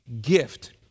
gift